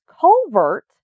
culvert